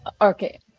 okay